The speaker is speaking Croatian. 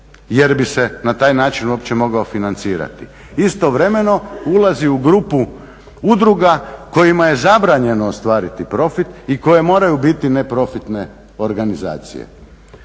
jer bi se na taj način uopće mogao financirati. Istovremeno ulazi u grupu udruga kojima je zabranjeno ostvariti profit i koje moraju biti neprofitne organizacije.